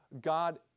God